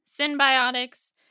symbiotics